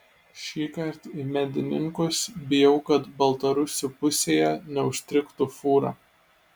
šįkart į medininkus bijau kad baltarusių pusėje neužstrigtų fūra